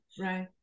Right